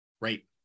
Right